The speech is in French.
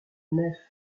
nef